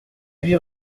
huit